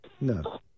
No